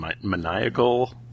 maniacal